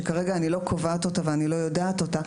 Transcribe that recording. שכרגע אני לא קובעת ולא יודעת אותה,